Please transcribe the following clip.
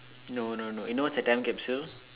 no no no you know what's a time capsule